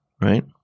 right